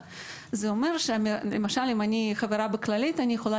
זה אומר שלמשל אם אני חברה בכללית אני יכולה